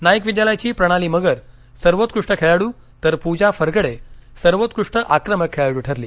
नाईक विद्यालयाची प्रणाली मगर सर्वोत्कृष्ट खेळाड् तर पुजा फरगडे सर्वोत्कृष्ट आक्रमक खेळाडू ठरली